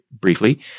briefly